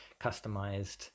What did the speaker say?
customized